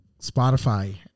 Spotify